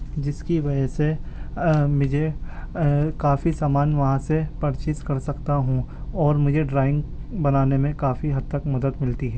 جس کی وجہ سے مھجے کافی سامان وہاں سے پرچیز کر سکتا ہوں اور مجھے ڈرائنگ بنانے میں کافی حد تک مدد ملتی ہے